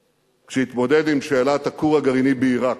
כשהתמודד עם שאלת הכור הגרעיני בעירק.